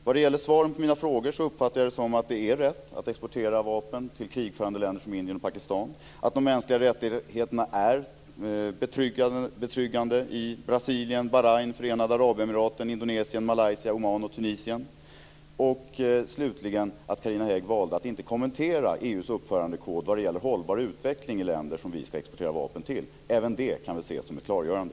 När det gäller svaret på mina frågor uppfattar jag det som att det är rätt att exportera vapen till krigförande länder som Indien och Pakistan och att de mänskliga rättigheterna är betryggande i Brasilien, Slutligen valde Carina Hägg att inte kommentera EU:s uppförandekod vad gäller hållbar utveckling i länder som vi ska exportera vapen till. Även det kan väl ses som ett klargörande.